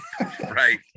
Right